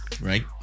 Right